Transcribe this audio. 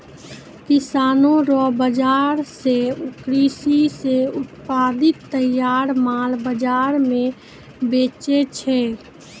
किसानो रो बाजार से कृषि से उत्पादित तैयार माल बाजार मे बेचै छै